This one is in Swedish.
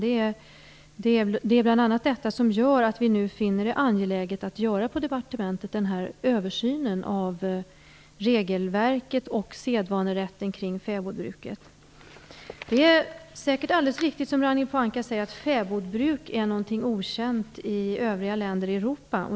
Det är bl.a. detta som gör att vi på departementet finner det angeläget att göra en översyn av regelverket och sedvanerätten kring fäbodbruket. Det är säkert alldeles riktigt som Ragnhild Pohanka säger att fäbodbruk är något okänt i övriga länder i Europa.